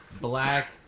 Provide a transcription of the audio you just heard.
black